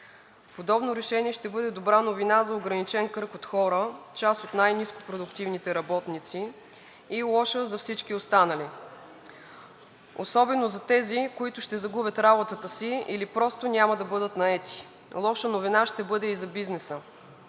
Подобно решение ще бъде добра новина за ограничен кръг от хора, част от най-ниско- продуктивните работници, и лоша за всички останали, особено за тези, които ще загубят работата си или просто няма да бъдат наети. Лоша новина ще бъде и за бизнеса.